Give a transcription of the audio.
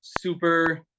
super